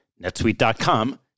netsuite.com